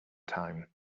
time